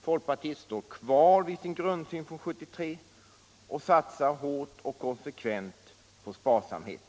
Folkpartiet står kvar vid sin grundsyn från 1973 och satsar hårt och konsekvent på sparsamhet.